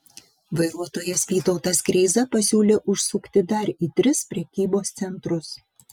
vairuotojas vytautas kreiza pasiūlė užsukti dar į tris prekybos centrus